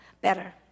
better